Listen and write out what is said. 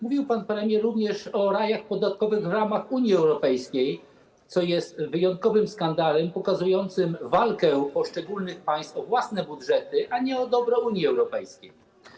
Mówił pan premier również o rajach podatkowych funkcjonujących w ramach Unii Europejskiej, co jest wyjątkowym skandalem, pokazującym walkę poszczególnych państw o własne budżety, a nie o dobro Unii Europejskiej.